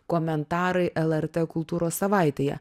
komentarai lrt kultūros savaitėje